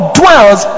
dwells